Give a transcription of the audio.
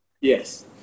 Yes